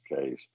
case